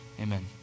Amen